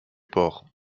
port